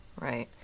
Right